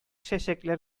чәчәкләр